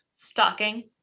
Stalking